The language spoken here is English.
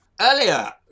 Earlier